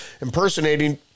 Impersonating